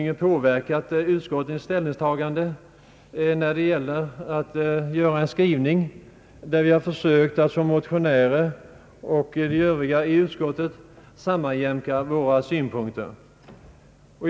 Motionärernas uttalande har i mycket hög grad påverkat utskottets skrivning, som innebär en sammanjämkning av de olika synpunkter som anförts inom utskottet.